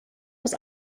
was